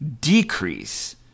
decrease